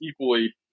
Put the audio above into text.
equally